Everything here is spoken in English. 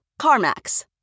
CarMax